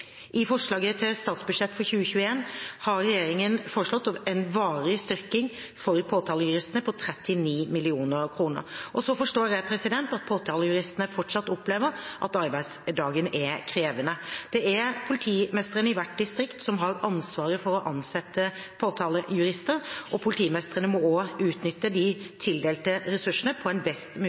I forslaget til statsbudsjett for 2021 har regjeringen foreslått en varig styrking av påtalejuristene på 39 mill. kr. Så forstår jeg at påtalejuristene fortsatt opplever at arbeidsdagen er krevende. Det er politimestrene i hvert enkelt distrikt som har ansvaret for å ansette påtalejurister, og politimestrene må også utnytte de tildelte ressursene på en best